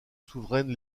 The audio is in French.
souveraine